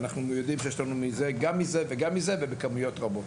ואנחנו יודעים שיש לנו גם מזה וגם מזה בכמויות רבות.